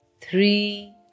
three